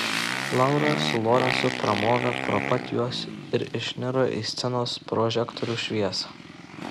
laura su lorencu pramovė pro pat juos ir išniro į scenos prožektorių šviesą